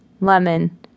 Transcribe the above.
lemon